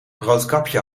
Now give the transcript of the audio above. roodkapje